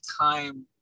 time